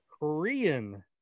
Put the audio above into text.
Korean